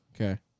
Okay